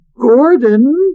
Gordon